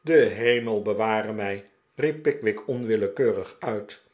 de hemel beware mij riep pickwick onwillekeurig uit